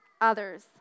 others